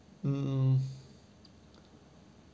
mm